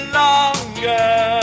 longer